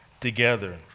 together